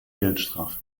geldstrafe